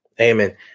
Amen